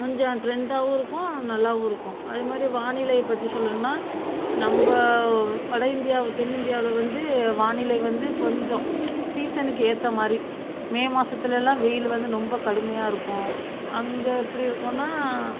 கொஞ்சம் ட்ரெண்டாவும் இருக்கும் நல்லாவும் இருக்கும் அதுமாதிரி வானிலை பற்றி சொல்லணுன்னா நம்ம வட இந்தியாவில் தென்னிந்தியாவில் வந்து வானிலை வந்து கொஞ்சம் சீஸனுக்கு ஏற்ற மாதிரி மே மாசத்துலல்லாம் வெயில் வந்து ரொம்ப கடுமையாக இருக்கும் அங்கே எப்படி இருக்குதுன்னா